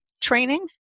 training